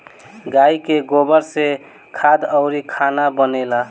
गाइ के गोबर से खाद अउरी खाना बनेला